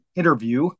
interview